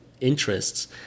interests